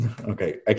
okay